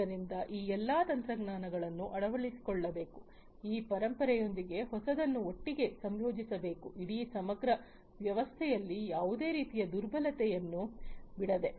ಆದ್ದರಿಂದ ಈ ಎಲ್ಲಾ ತಂತ್ರಜ್ಞಾನಗಳನ್ನು ಅಳವಡಿಸಿಕೊಳ್ಳಬೇಕು ಆ ಪರಂಪರೆಯೊಂದಿಗೆ ಹೊಸದನ್ನು ಒಟ್ಟಿಗೆ ಸಂಯೋಜಿಸಬೇಕು ಇಡೀ ಸಮಗ್ರ ವ್ಯವಸ್ಥೆಯಲ್ಲಿ ಯಾವುದೇ ರೀತಿಯ ದುರ್ಬಲತೆಯನ್ನು ಬಿಡದೆ